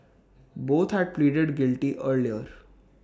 both had pleaded guilty earlier